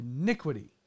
iniquity